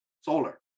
solar